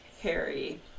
Harry